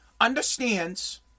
understands